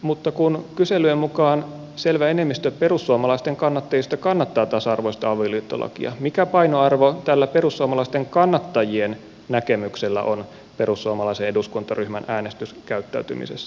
mutta kun kyselyjen mukaan selvä enemmistö perussuomalaisten kannattajista kannattaa tasa arvoista avioliittolakia mikä painoarvo tällä perussuomalaisten kannattajien näkemyksellä on perussuomalaisen eduskuntaryhmän äänestyskäyttäytymisessä